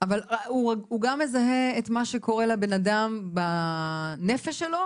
הוא גם מזהה את מה שקורה לבן אדם בנפש שלו?